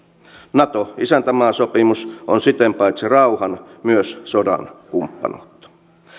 nato isäntämaasopimus on siten paitsi rauhan myös sodan kumppanuutta